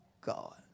God